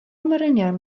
morynion